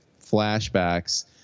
flashbacks